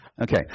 Okay